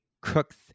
crook's